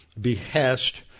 behest